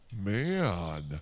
Man